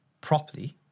properly